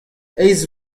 eizh